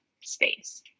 space